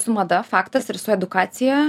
su mada faktas ir su edukacija